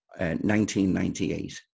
1998